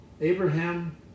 Abraham